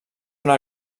una